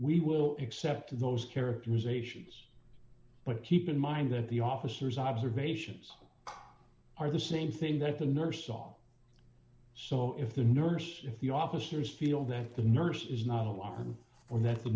we will accept those characterizations but keep in mind that the officers observations are the same thing that the nurse saw so if the nurse if the officers feel that the nurse is not alarmed or that the